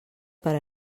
per